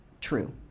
true